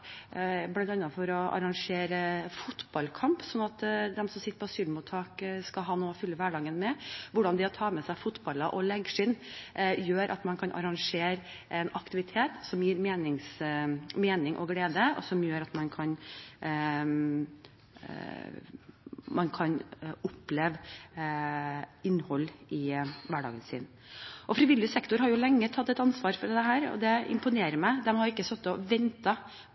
for å arrangere fotballkamp, sånn at de som sitter på asylmottak skal ha noe å fylle hverdagen med, og hvordan det å ta med seg fotballer og leggskinn gjør at man kan arrangere en aktivitet som gir mening og glede, og som gjør at man kan oppleve innhold i hverdagen sin. Frivillig sektor har jo lenge tatt et ansvar for dette, og det imponerer meg. De har ikke